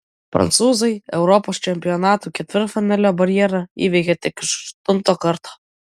prancūzai europos čempionatų ketvirtfinalio barjerą įveikė tik iš aštunto karto